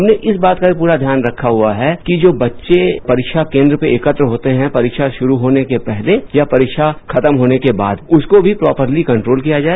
हमने इस बात का भी पूरा ध्यान रखा हुआ है कि जो बच्चे परीक्षा केन्द्र पर एकत्र होते हैं परीक्षा श्रू होने के पहले या परीक्षा से को राज्य के बाद उसको भी प्रापली कंट्रोल किया जाए